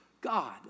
God